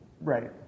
Right